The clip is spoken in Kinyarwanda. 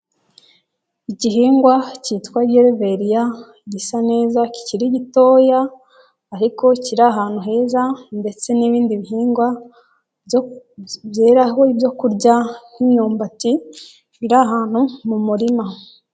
Igihingwa cyitwa Gereveriya gisa neza kikiri gitoya, ariko kiri ahantu heza ndetse n'ibindi bihingwa, byeraho ibyokurya nk'imyumbati, biri ahantu mu murima.